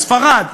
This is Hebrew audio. ספרד,